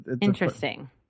Interesting